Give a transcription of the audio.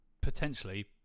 potentially